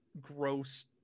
gross